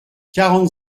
quarante